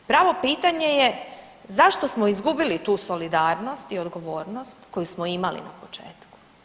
Pravo pitanje je zašto smo izgubili tu solidarnost i odgovornost koju smo imali na početku.